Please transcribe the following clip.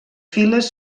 files